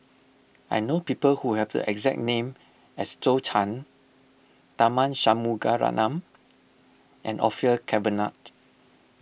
I know people who have the exact name as Zhou Can Tharman Shanmugaratnam and Orfeur Cavenagh